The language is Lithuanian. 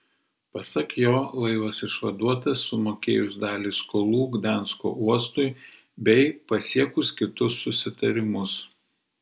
pasak jo laivas išvaduotas sumokėjus dalį skolų gdansko uostui bei pasiekus kitus susitarimus